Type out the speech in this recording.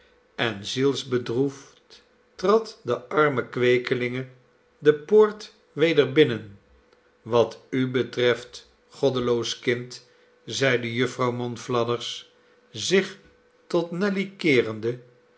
en zielsbedroefd trad de arme kweekelinge de poort weder binnen wat u betreft goddeloos kind zeide jufvrouw monflathers zich tot nelly keerende